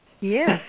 Yes